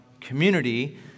community